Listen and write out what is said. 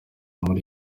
muri